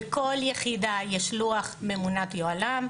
בכל יחידה יש לוח ממונת יוהל"ם,